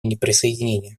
неприсоединения